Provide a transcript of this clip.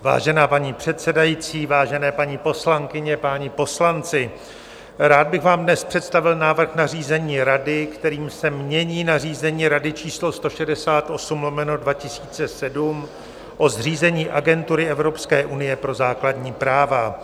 Vážená paní předsedající, vážené paní poslankyně, páni poslanci, rád bych vám dnes představil návrh nařízení Rady, kterým se mění nařízení Rady č. 168/2007 o zřízení Agentury Evropské unie pro základní práva.